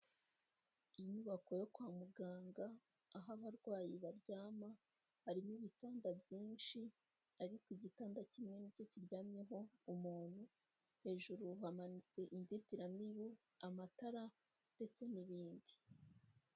Inyubako yo kwa muganga, aho abarwayi baryama, harimo ibitanda byinshi ariko igitanda kimwe ni cyo kiryamyeho umuntu, hejuru hamanitse inzitiramibu, amatara ndetse n'ibindi.